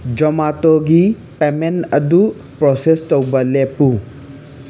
ꯖꯣꯃꯥꯇꯣꯒꯤ payment ꯑꯗꯨ process ꯇꯧꯕ ꯂꯦꯞꯄꯨ